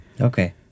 Okay